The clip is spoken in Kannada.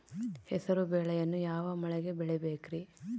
ಹೆಸರುಬೇಳೆಯನ್ನು ಯಾವ ಮಳೆಗೆ ಬೆಳಿಬೇಕ್ರಿ?